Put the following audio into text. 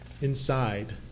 inside